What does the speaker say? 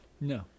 no